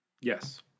Yes